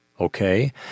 okay